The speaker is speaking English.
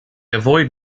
avoid